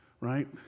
right